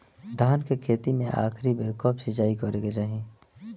धान के खेती मे आखिरी बेर कब सिचाई करे के चाही?